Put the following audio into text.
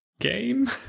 Game